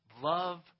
love